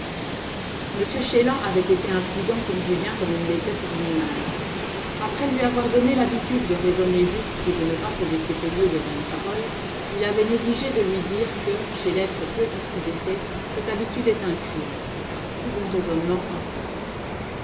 m chélan avait été imprudent pour julien comme il l'était pour lui-même après lui avoir donné l'habitude de raisonner juste et de ne pas se laisser payer de vaines paroles il avait négligé de lui dire que chez l'être peu considéré cette habitude est un crime car tout bon raisonnement offense